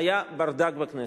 היה ברדק בכנסת.